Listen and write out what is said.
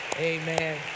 Amen